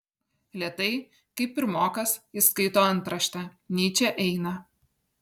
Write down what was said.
lėtai kaip pirmokas jis skaito antraštę nyčė eina